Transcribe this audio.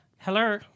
hello